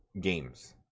games